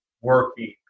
working